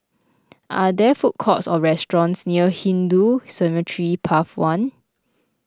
are there food courts or restaurants near Hindu Cemetery Path one